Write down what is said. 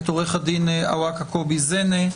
עו"ד אווקה קובי זנה,